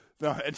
No